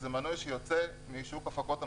זה מנוי שיוצא משוק הפקות המקור.